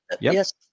yes